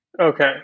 Okay